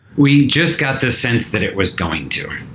we just got the sense that it was going to.